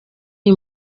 iyi